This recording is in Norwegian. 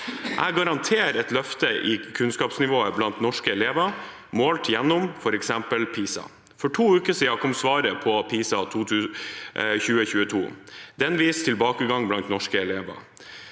«Jeg garanterer et løft i kunnskapsnivået blant norske elever, målt gjennom f.eks. PISA- og TIMSSundersøkelsene.» For to uker siden kom svaret på PISA 2022. Det viser tilbakegang blant norske elever.